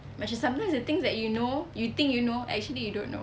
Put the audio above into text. macam sometimes the things that you know you think you know actually you don't know